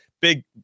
big